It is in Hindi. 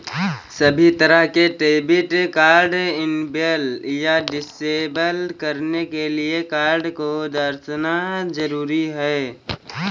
सभी तरह के डेबिट कार्ड इनेबल या डिसेबल करने के लिये कार्ड को दर्शाना जरूरी नहीं है